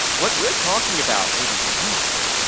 what we are talking about, ladies and gentlemen,